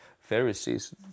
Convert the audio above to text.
Pharisees